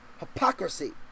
Hypocrisy